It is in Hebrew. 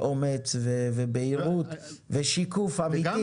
אומץ ובהירות ושיקוף אמיתי,